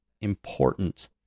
important